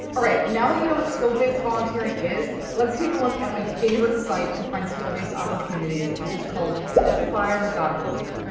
all right now that you know what skill-based volunteering is let's take a look at my favorite site to find skill-based opportunities which is called catchafire and org.